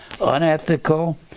unethical